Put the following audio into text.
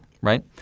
right